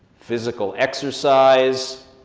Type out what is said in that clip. physical exercise.